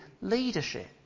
leadership